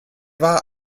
war